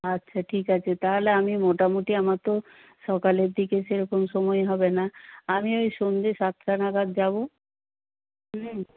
আচ্ছা ঠিক আছে তাহলে আমি মোটামুটি আমার তো সকালের দিকে সেরকম সময় হবে না আমি ওই সন্ধে সাতটা নাগাদ যাবো